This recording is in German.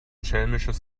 schelmisches